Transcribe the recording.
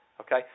Okay